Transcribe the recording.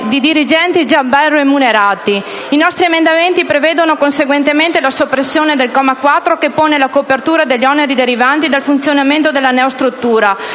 di dirigenti già ben remunerati. I nostri emendamenti prevedono, conseguentemente, la soppressione del comma 4 che pone la copertura degli oneri derivanti dal funzionamento della neostruttura: